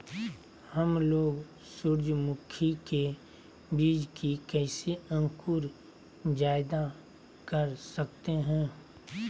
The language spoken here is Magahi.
हमलोग सूरजमुखी के बिज की कैसे अंकुर जायदा कर सकते हैं?